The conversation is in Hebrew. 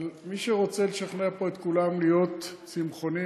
מי שרוצה לשכנע פה את כולם להיות צמחונים,